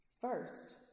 First